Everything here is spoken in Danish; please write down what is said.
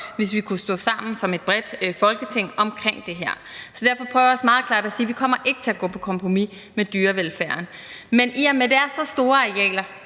hvis vi kunne stå sammen bredt i Folketinget om det her. Derfor prøver jeg også meget klart at sige, at vi ikke kommer til at gå på kompromis med dyrevelfærden. Men i og med at det er så store arealer,